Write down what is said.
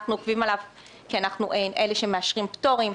אנחנו עוקבים אחריו כי אנחנו אלה שמאשרים פטורים.